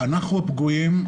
אנחנו הפגועים,